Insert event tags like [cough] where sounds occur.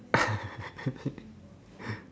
[laughs]